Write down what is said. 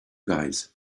guys